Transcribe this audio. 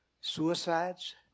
suicides